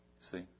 See